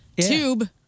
tube